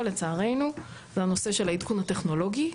לצערנו זה הנושא של העדכון הטכנולוגי,